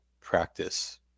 practice